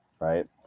right